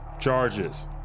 charges